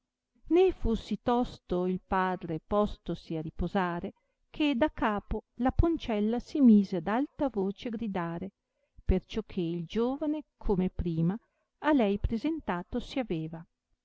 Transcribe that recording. fu sì tosto il padre postosi a riposare che da capo la poncella si mise ad alta voce gridare perciò che il giovane come prima a lei presentato si aveva